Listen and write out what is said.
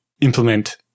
implement